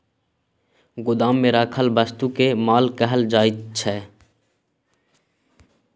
गोदाममे राखल वस्तुकेँ माल कहल जाइत छै